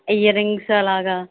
ear rings అలాగా